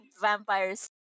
vampires